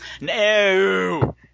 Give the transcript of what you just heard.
No